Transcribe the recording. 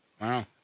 Wow